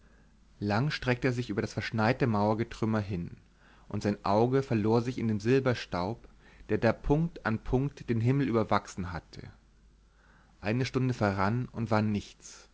lang streckte er sich über das verschneite mauergetrümmer hin und sein auge verlor sich in dem silberstaub der da punkt an punkt den himmel überwachsen hatte eine stunde verrann und war nichts